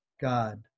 God